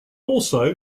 also